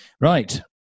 Right